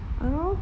ah lor